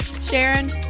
Sharon